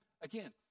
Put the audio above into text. Again